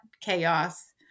chaos